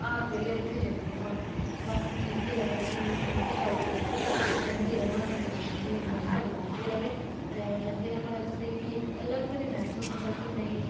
हर बेल्लऐ उत्थें जंदी रवां बस मिगी इ'यै लगदा कि में हमेशा जेह्की जंदी रवां ते मेरी मां जेह्की मिगी जंदी रवां ते उत्थें जाइयै मिगी अलग गै महसूस होंदा कि